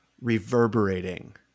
reverberating